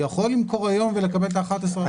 למכור היום ולקבל את ה-11 אחוזים.